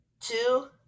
two